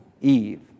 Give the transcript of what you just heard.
Eve